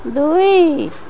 ଦୁଇ